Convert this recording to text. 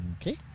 Okay